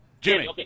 Jimmy